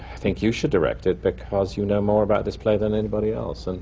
think you should direct it, because you know more about this play than anybody else. and